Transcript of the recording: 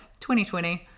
2020